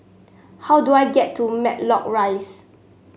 how do I get to Matlock Rise